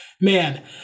man